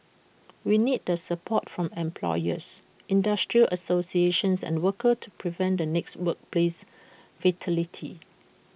we need the support from employers industry associations and workers to prevent the next workplace fatality